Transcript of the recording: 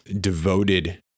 devoted